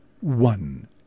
one